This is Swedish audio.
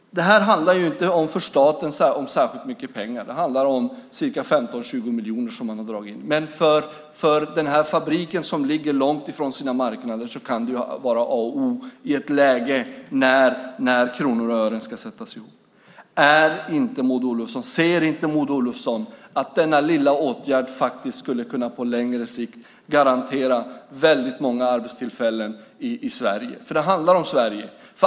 Det här handlar inte om särskilt mycket pengar för staten. Det handlar om ca 15-20 miljoner som man har dragit in. Men för denna fabrik som ligger långt från sina marknader kan det vara A och O i ett läge när kronor och ören ska gå ihop. Ser inte Maud Olofsson att denna lilla åtgärd på längre sikt skulle kunna garantera väldigt många arbetstillfällen i Sverige? För det handlar om Sverige.